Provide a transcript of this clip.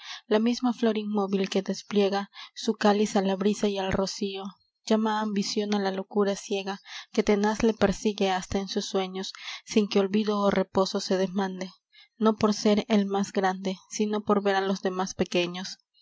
la misma flor inmóvil que despliega su cáliz á la brisa y al rocío llama ambicion á la locura ciega que tenaz le persigue hasta en sus sueños sin que olvido ó reposo se demande no por ser él más grande sino por ver á los demás pequeños